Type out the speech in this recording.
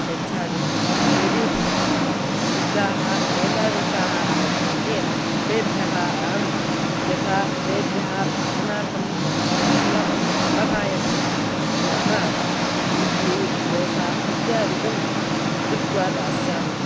यच्छामि यदि वृद्धाः एतादृशाः आगच्छन्ति तेभ्यः अहं यथा तेभ्यः पचनार्थं यत् यद् सुलभं सुलभाय भवति नाम इड्ली दोसा इत्यादिकं कृत्वा दास्यामि